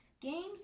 games